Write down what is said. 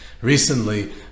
recently